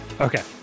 okay